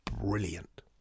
brilliant